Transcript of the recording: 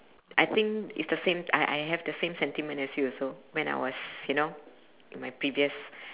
I think it's the same I I have the same sentiment as you also when I was you know at my previous